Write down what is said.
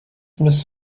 miss